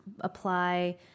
apply